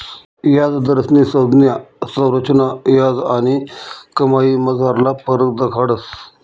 याजदरस्नी संज्ञा संरचना याज आणि कमाईमझारला फरक दखाडस